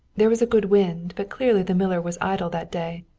there was a good wind, but clearly the miller was idle that day.